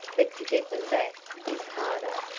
but to get them back is harder.